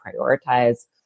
prioritize